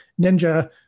ninja